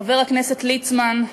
חבר הכנסת ליצמן,